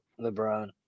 LeBron